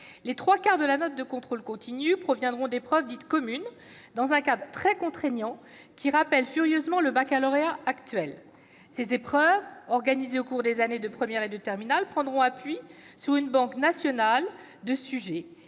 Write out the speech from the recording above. les trois quarts de la note de contrôle continu proviendront d'épreuves dites « communes », organisées dans un cadre très contraignant qui rappelle furieusement le baccalauréat actuel. Ces épreuves, se déroulant au cours des années de première et de terminale, prendront appui sur une banque nationale de sujets,